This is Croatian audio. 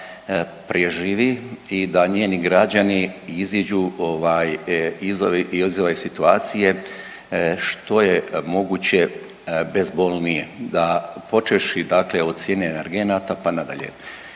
preživi i da njeni građani iziđu iz ove situacije što je moguće bezbolnije, počevši od cijene energenata pa nadalje.